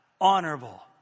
honorable